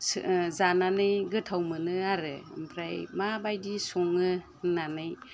जानानै गोथाव मोनो आरो ओमफ्राय माबायदि सङो होननानै